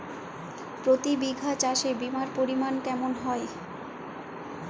প্রতি বিঘা চাষে বিমার পরিমান কেমন হয়?